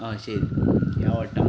अशें हें आवडटा